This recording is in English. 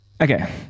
okay